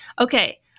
Okay